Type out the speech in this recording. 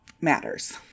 matters